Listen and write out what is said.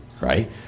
right